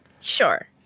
Sure